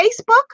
Facebook